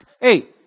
Hey